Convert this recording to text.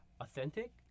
authentic